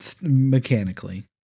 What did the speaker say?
Mechanically